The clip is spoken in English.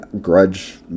grudge